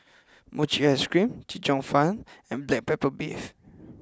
Mochi Ice Cream Chee Cheong Fun and Black Pepper Beef